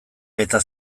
eta